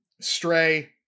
stray